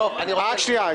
באמת.